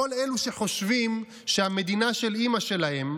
כל אלה שחושבים שהמדינה של אימא שלהם,